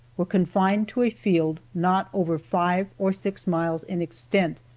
were confined to a field not over five or six miles in extent,